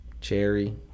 cherry